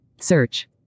Search